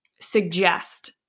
suggest